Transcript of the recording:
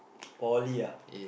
poly ah